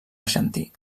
argentí